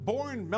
Born